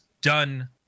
done